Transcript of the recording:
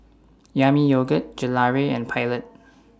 Yami Yogurt Gelare and Pilot